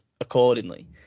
accordingly